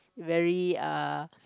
very uh